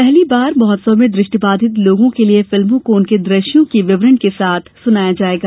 पहली बार महोत्सव में दृष्टिबाधित लोगों के लिए फिल्मों को उनके दृश्यों के विवरण के साथ सुनाया जाएगा